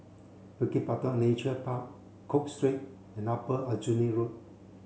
Bukit Batok Nature Park Cook Street and Upper Aljunied Road